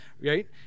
Right